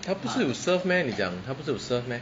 他不是有 serve meh 你讲他不是有 serve meh